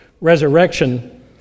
resurrection